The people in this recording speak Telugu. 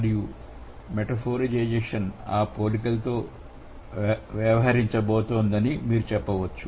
మరియు మెటఫోరిజేషన్ ఆ పోలికలతో వ్యవహరించబోతోందని మీరు చెప్పవచ్చు